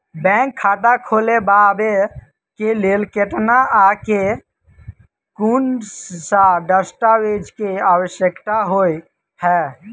Bank खाता खोलबाबै केँ लेल केतना आ केँ कुन सा दस्तावेज केँ आवश्यकता होइ है?